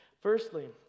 Firstly